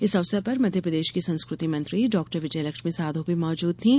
इस अवसर पर मध्यप्रदेश की संस्कृति मंत्री डाक्टर विजयलक्ष्मी साधौ भी मौजूद थीं